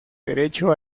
derecho